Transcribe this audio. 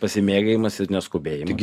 pasimėgavimas ir neskubėjimas